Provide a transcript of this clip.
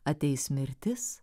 ateis mirtis